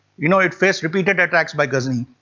you know it faced repeated attacks by ghazni.